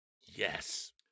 Yes